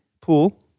pool